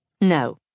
No